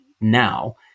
now